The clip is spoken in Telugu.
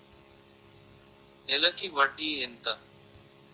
నెలకి వడ్డీ ఎంత?